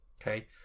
Okay